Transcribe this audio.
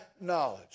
knowledge